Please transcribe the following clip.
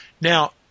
Now